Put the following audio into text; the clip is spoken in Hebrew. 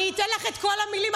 אני אתן לך את כל המילים.